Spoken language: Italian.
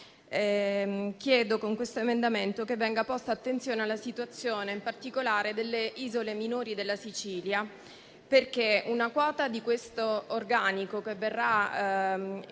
fuoco. Con questo emendamento chiedo che venga posta attenzione alla situazione, in particolare delle isole minori della Sicilia, perché una quota di questo organico che verrà